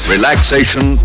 Relaxation